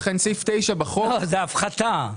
גם ההפחתה.